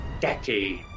decade